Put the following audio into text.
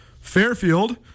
Fairfield